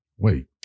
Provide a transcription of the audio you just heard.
Wait